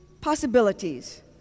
possibilities